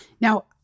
Now